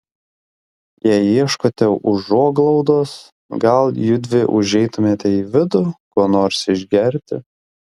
jei ieškote užuoglaudos gal judvi užeitumėte į vidų ko nors išgerti